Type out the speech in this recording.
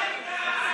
חשובה?